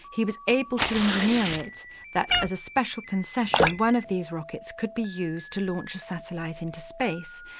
he was able to engineer it that as a special concession, one of these rockets could be used to launch a satellite into space.